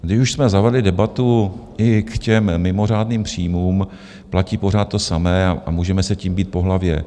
Když už jsme zavedli debatu i k těm mimořádným příjmům, platí pořád totéž a můžeme se tím bít po hlavě.